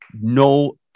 no